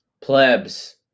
Plebs